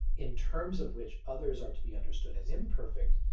in terms of which others are to be understood as imperfect,